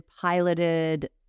piloted